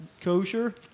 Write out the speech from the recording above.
kosher